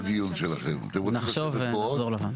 נחשוב ונחזור אליך.